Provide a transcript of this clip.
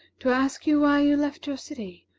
to ask you why you left your city,